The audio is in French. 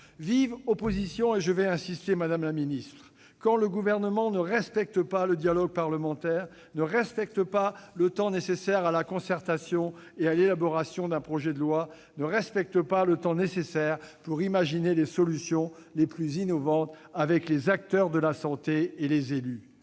vives, j'y insiste, madame la ministre, quand le Gouvernement ne respecte pas le dialogue parlementaire, ne respecte pas le temps nécessaire à la concertation et à l'élaboration d'un projet de loi, non plus que le temps nécessaire pour imaginer les solutions les plus innovantes avec les acteurs de la santé et les élus.